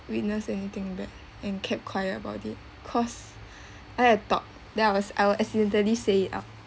witness anything bad and kept quiet about it cause I will talk that I was I will accidentally say it out